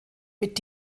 mit